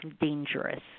dangerous